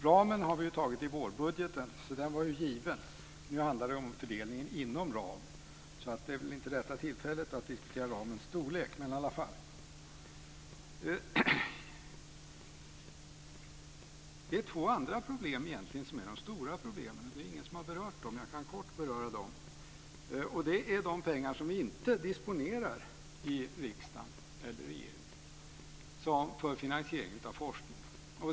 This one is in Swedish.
Ramen har vi tagit i vårbudgeten, så den var given. Nu handlar det om fördelningen inom ramen. Det är inte rätta tillfället att diskutera ramens storlek. Det är två andra frågor som är de stora problemen. Ingen har berört dem. Jag kan kort beröra dem. Det gäller de pengar för finansiering av forskning som vi inte disponerar i riksdagen eller regeringen.